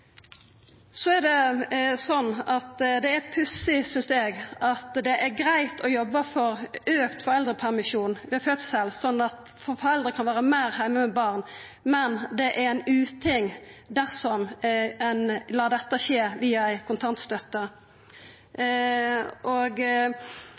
Så er det pussig, synest eg, at det er greitt å jobba for auka foreldrepermisjon ved fødsel, slik at foreldre kan vera meir heime med barn, men ein uting dersom ein lar dette skje via ei kontantstøtte.